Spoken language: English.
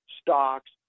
stocks